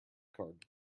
card